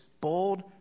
bold